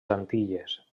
antilles